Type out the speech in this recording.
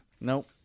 Nope